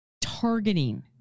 targeting